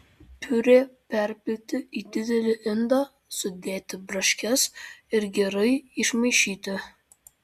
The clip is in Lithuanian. piurė perpilti į didelį indą sudėti braškes ir gerai išmaišyti